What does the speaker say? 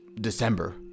December